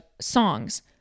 songs